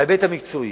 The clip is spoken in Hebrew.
בהיבט המקצועי.